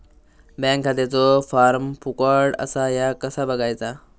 Bank खात्याचो form फुकट असा ह्या कसा बगायचा?